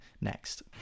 next